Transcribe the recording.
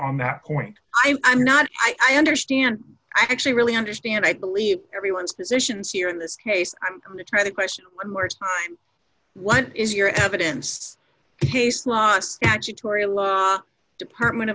on that point i'm not i understand i actually really understand i believe everyone's positions here in this case i'm going to try to question what is your evidence the case law statutory law department